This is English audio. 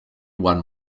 won